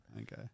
Okay